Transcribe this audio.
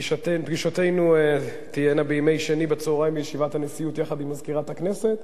פגישותינו תהיינה בימי שני בצהריים בישיבת הנשיאות יחד עם מזכירת הכנסת,